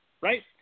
Right